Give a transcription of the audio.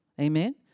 Amen